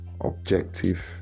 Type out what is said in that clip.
Objective